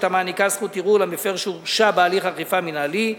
המעניקה זכות ערעור למפר שהורשע בהליך אכיפה מינהלי.